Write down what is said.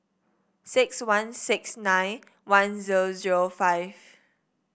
six one six nine one zero zero five